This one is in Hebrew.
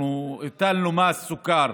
אנחנו הטלנו מס סוכר.